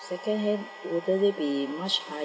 second hand wouldn't it be much high